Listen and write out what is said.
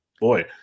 boy